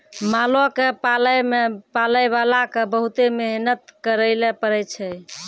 मालो क पालै मे पालैबाला क बहुते मेहनत करैले पड़ै छै